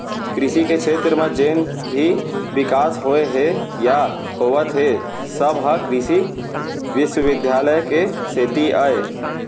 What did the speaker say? कृसि के छेत्र म जेन भी बिकास होए हे या होवत हे सब ह कृसि बिस्वबिद्यालय के सेती अय